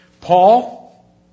Paul